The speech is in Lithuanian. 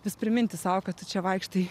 vis priminti sau kad tu čia vaikštai